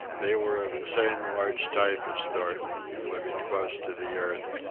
they were of the same large type as thornton, living close to the earth,